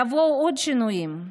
יבואו עוד שינויים,